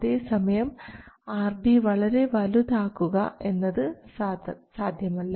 അതേസമയം RD വളരെ വലുതാക്കുക എന്നത് സാധ്യമല്ല